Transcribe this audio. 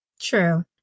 True